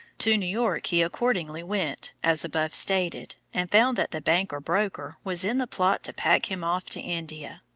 to new york he accordingly went, as above stated, and found that the banker-broker was in the plot to pack him off to india.